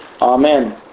Amen